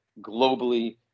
globally